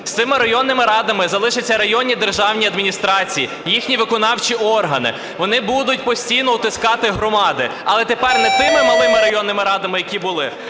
з цими районними радами залишаться районні державні адміністрації, їхні виконавчі органи. Вони будуть постійно утискати громади, але тепер не тими малими районними радами, які були,